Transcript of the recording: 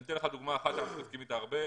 אני אתן לך דוגמה אחת שאנחנו עוסקים בה הרבה.